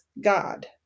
God